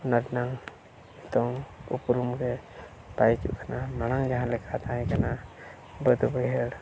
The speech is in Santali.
ᱱᱤᱛᱟᱹᱝ ᱩᱯᱨᱩᱢ ᱨᱮ ᱵᱟᱭ ᱦᱤᱡᱩᱜ ᱠᱟᱱᱟ ᱢᱟᱲᱟᱝ ᱡᱟᱦᱟᱸᱞᱮᱠᱟ ᱛᱟᱦᱮᱸ ᱠᱟᱱᱟ ᱵᱟᱹᱫᱽ ᱵᱟᱹᱭᱦᱟᱹᱲ